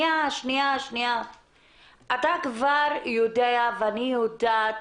אתה כבר יודע, ואני יודעת